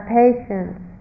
patience